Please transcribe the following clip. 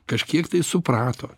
kažkiek tai suprato